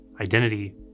identity